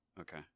Okay